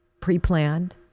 pre-planned